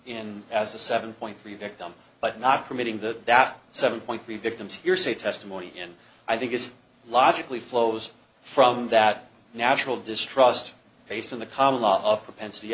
in as a seven point three victim but not committing that that seven point three victims hearsay testimony and i think it's logically flows from that natural distrust based on the common law of propensity